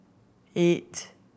eight